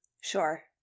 Sure